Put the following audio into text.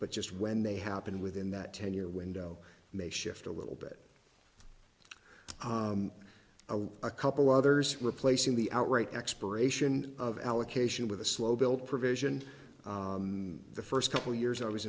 but just when they happen within that ten year window may shift a little bit along a couple others replacing the outright expiration of allocation with a slow build provision the first couple years i was